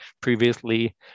previously